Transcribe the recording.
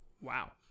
Wow